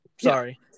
sorry